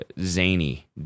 zany